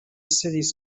cities